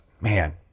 man